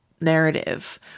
narrative